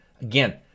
again